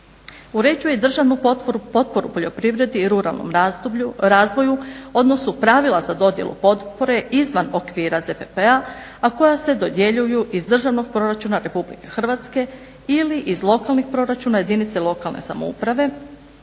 Uređuje državnu potporu poljoprivredi i ruralnom razvoju odnosu pravila za dodjelu potpore izvan okvira ZPP-a a koja se dodjeljuju iz državnog proračuna RH ili iz lokalnih proračuna jedinice lokalne samouprave,